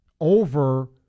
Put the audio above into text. over